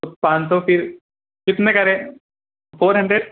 तो पाँच सौ फिर कितने करें फ़ोर हंड्रेड